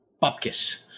popkiss